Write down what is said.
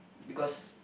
because